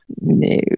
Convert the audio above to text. No